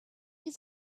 was